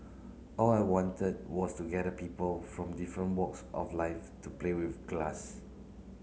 all I wanted was to gather people from different walks of life to play with glass